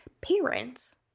parents